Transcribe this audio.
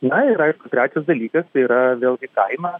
na ir aišku trečias dalykas tai yra vėlgi kaina